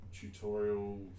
tutorial